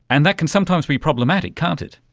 and that can sometimes be problematic, can't it.